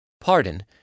Pardon